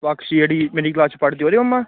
ਪਕਸ਼ੀ ਜਿਹੜੀ ਮੇਰੀ ਕਲਾਸ 'ਚ ਪੜ੍ਹਦੀ ਉਹਦੇ ਮੰਮਾ